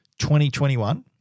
2021